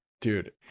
dude